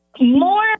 More